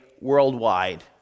worldwide